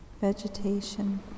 vegetation